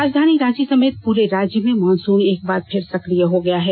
राजधानी रांची समेत पूरे राज्य में मॉनसून एक बार फिर सक्रिय हो गया है